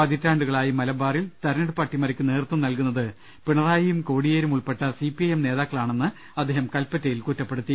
പതിറ്റാണ്ടുകളായി മലബാറിൽ തെരഞ്ഞെടുപ്പ് അട്ടിമറിക്കു നേതൃത്വം നൽകുന്നത് പിണറായിയും കോടിയേരിയും ഉൾപ്പെട്ട സി പി ഐ എം നേതാക്കളാണെന്ന് അദ്ദേഹം കല്പറ്റയിൽ കുറ്റപ്പെടുത്തി